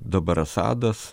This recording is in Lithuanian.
dabar asadas